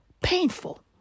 painful